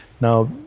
Now